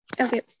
Okay